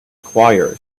choir